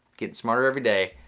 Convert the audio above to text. getting smarter every day.